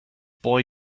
boy